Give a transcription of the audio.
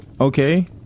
Okay